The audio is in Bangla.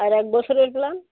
আর এক বছরের প্ল্যান